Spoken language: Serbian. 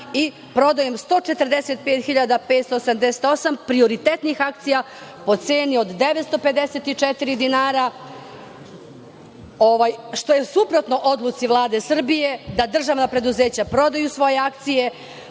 i prodajom 145.588 prioritetnih akcija po ceni od 954 dinara, što je suprotno odluci Vlade Srbije da državna preduzeća prodaju svoje akcije,